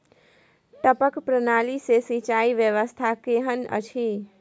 टपक प्रणाली से सिंचाई व्यवस्था केहन अछि?